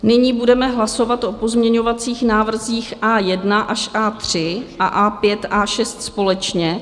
Nyní budeme hlasovat o pozměňovacích návrzích A1 až A3 a A5, A6 společně.